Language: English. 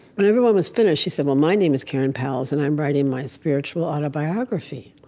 when everyone was finished, she said, well, my name is karen pelz, and i'm writing my spiritual autobiography.